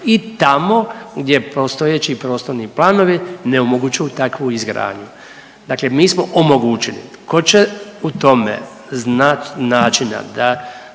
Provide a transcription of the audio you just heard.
i tamo gdje postojeći prostorni planovi ne omogućuju takvu izgradnju. Dakle, mi smo omogućili. Tko će u tome znat načina da